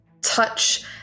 touch